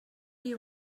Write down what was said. you